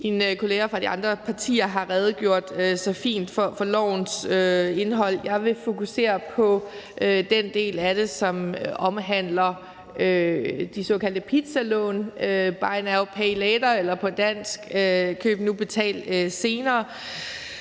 Mine kolleger fra de andre partier har redegjort så fint for lovforslagets indhold. Jeg vil fokusere på den del af det, som omhandler de såkaldte pizzalån: Buy now – pay later; eller på dansk: Køb nu – betal senere.